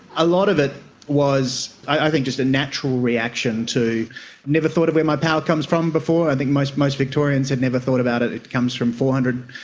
a lot of it was i think just a natural reaction to, i'd never thought of where my power comes from before, i think most most victorians had never thought about it. it comes from four hundred,